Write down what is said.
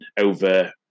over